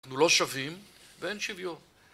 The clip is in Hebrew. אנחנו לא שווים ואין שוויון